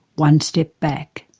one step back.